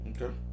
Okay